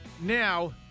Now